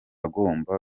agomba